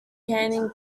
canning